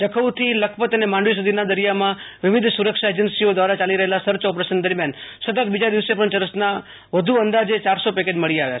જખૌથી લખપત અને માંડવી સુધીના દરિયામાં વિવિધ સુરક્ષા એજન્સીઓ દ્વારા ચાલી રહેલા સર્ચ ઓપરેશન દરમિયાન સતત બીજા દિવસે પણ ચરસના વધુ અંદાજે ચારસો પેકેટ મળી આવ્યા છે